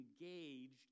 engaged